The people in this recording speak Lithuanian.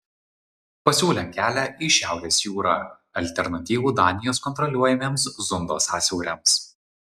pasiūlė kelią į šiaurės jūrą alternatyvų danijos kontroliuojamiems zundo sąsiauriams